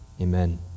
Amen